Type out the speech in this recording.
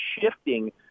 shifting